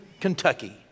Kentucky